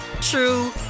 true